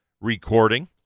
recording